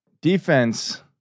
defense